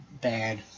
bad